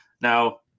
now